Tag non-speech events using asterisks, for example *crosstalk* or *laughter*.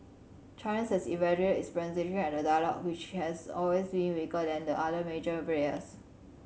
China has *unintelligible* its representation at the dialogue which has always been weaker than the other major players